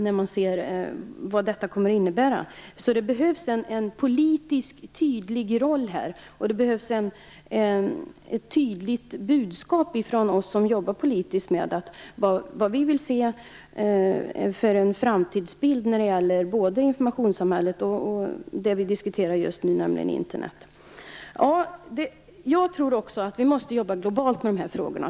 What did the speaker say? Här behövs en tydlig politisk roll och ett tydligt budskap från oss som jobbar politiskt om vilken framtidsbild vi vill se när det gäller både informationssamhället och det vi nu diskuterar, nämligen Internet. Jag tror också att vi måste jobba globalt med dessa frågor.